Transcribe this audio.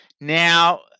Now